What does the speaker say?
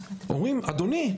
אומרים "אדוני,